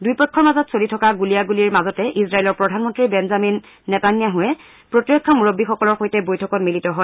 দুয়োপক্ষৰ মাজত চলি থকা গুলীয়া গুলীৰ মাজতে ইজৰাইলৰ প্ৰধানমন্ত্ৰী বেঞ্জামিন নেতান্যাছয়ে প্ৰতিৰক্ষা মূৰববীসকলৰ সৈতে বৈঠকত মিলিত হয়